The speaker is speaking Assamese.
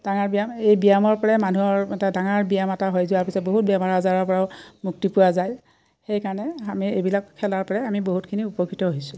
ডাঙৰ ব্যায়াম এই ব্যায়ামৰ পৰা মানুহৰ এটা ডাঙৰ ব্যায়াম এটা হৈ যোৱাৰ পিছত বহুত বেমাৰ আজাৰৰ পৰাও মুক্তি পোৱা যায় সেইকাৰণে আমি এইবিলাক খেলাৰ পৰা আমি বহুতখিনি উপকৃত হৈছোঁ